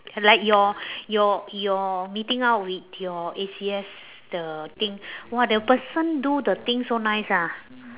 like your your your meeting up with your A_C_S the thing !wah! the person do the thing so nice ah